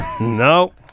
No